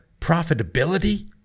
profitability